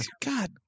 God